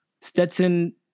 Stetson